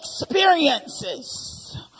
experiences